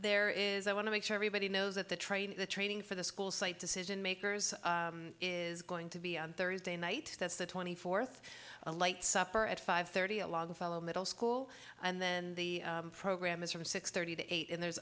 there is i want to make sure everybody knows that the training the training for the school site decision makers is going to be on thursday night that's the twenty fourth a light supper at five thirty along fellow middle school and then the program is from six thirty to eight and there's